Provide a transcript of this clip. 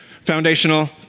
foundational